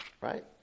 Right